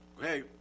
hey